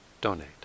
donate